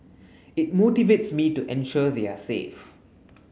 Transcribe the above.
it motivates me to ensure they are safe